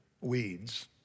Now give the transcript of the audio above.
weeds